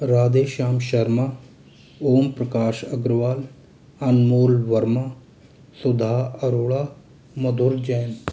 Radheshyam Sharma Omprakash Agarwal Anmol Verma Sudha Arora Madhur Jain